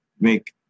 make